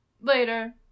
later